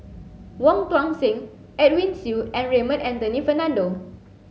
Wong Tuang Seng Edwin Siew and Raymond Anthony Fernando